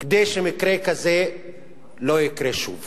כדי שמקרה כזה לא יקרה שוב.